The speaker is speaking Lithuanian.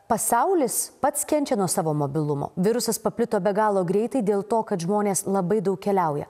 pasaulis pats kenčia nuo savo mobilumo virusas paplito be galo greitai dėl to kad žmonės labai daug keliauja